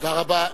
תודה רבה.